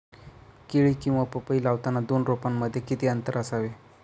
केळी किंवा पपई लावताना दोन रोपांमध्ये किती अंतर असावे?